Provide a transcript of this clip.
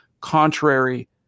contrary